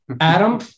Adam